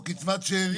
או קצבת שארים.